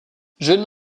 jeune